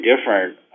different